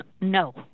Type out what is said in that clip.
No